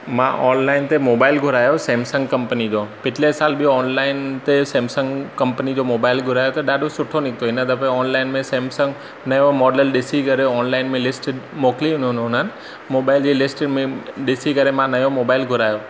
मां ऑनलाइन ते मोबाइल घुरायो सैमसंग कंपनी जो पिछले साल बि ऑनलाइन ते सैमसंग कंपनी जो मोबाइल घुरायो त ॾाढो सुठो निकितो हिन दफ़े ऑनलाइन में सैमसंग नयो मॉडल ॾिसी करे ऑनलाइन में लिस्ट मोकिलियईं हुन उन्हनि मोबाइल जी लिस्ट में ॾिसी करे मां नयो मोबाइल घुरायो